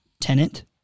tenant